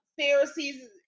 Pharisees